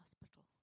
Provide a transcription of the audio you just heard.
hospital